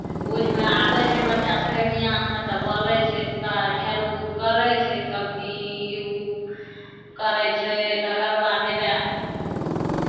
बुझिमे आबै छै बच्चा सभके ज्ञानमे तऽ बोलै छै तऽ खेलकूद करै छै कबड्डी ई ओ करै छै तकर बाद हउएह